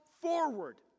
forward